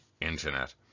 internet